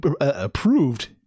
approved